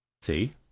See